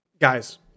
guys